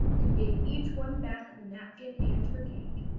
and gave each one back her napkin and her cake.